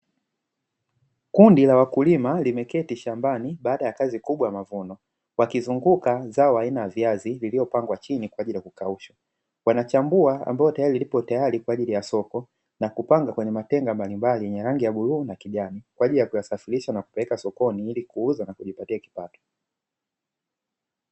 Kundi la wakulima limeketi shambani baada ya kazi kubwa ya mavuno, wakizunguka zao aina ya viazi vilivyopangwa chini kwa ajili ya kukaushwa, wanachambua ambayo tayari lipo tayari kwa ajili ya soko na kupanga kwenye matenga mbalimbali yenye rangi ya bluu na kijani kwa ajili ya kuyasafirisha na kupeleka sokoni ili kuuza na kujipatia kipato.